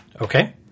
Okay